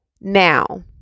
now